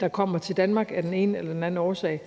der kommer til Danmark af den ene eller den anden årsag,